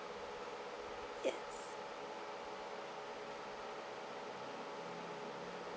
yes